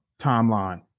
timeline